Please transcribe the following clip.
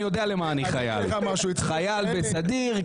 אני יודע למה אני חייל חייל בסדיר,